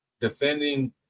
Defending